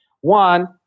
One